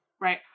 right